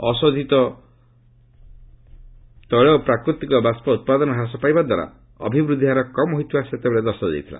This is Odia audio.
ଅଶୋଧିତ ତେିଳ ଓ ପ୍ରାକୃତିକ ବାଷ୍ପ ଉତ୍ପାଦନ ହ୍ରାସ ପାଇବା ଦ୍ୱାରା ଅଭିବୃଦ୍ଧିହାର କମ୍ ହୋଇଥିବା ସେତେବେଳେ ଦର୍ଶା ଯାଇଥିଲା